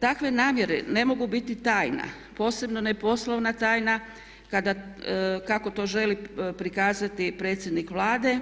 Takve namjere ne mogu biti tajna, posebno ne poslovanja tajna kada kako to želi prikazati predsjednik Vlade